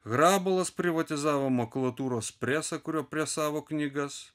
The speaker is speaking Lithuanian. hrabolas privatizavo makulatūros presą kurio prie savo knygas